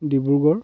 Dibrugarh